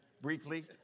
briefly